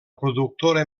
productora